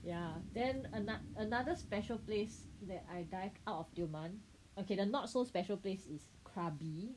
ya then an~ another special place that I dive out of Tioman okay the not so special place is Krabi